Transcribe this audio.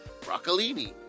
broccolini